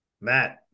Matt